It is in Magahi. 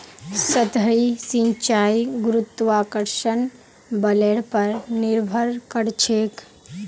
सतही सिंचाई गुरुत्वाकर्षण बलेर पर निर्भर करछेक